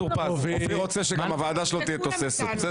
אופיר רוצה שגם הוועדה שלו תהיה תוססת.